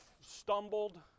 stumbled